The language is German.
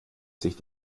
sich